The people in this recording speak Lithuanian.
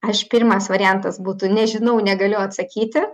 aš pirmas variantas būtų nežinau negaliu atsakyti